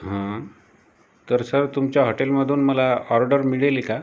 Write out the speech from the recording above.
हं तर सर तुमच्या हॉटेलमधून मला ऑर्डर मिळेल का